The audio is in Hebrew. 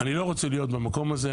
אני לא רוצה להיות במקום הזה,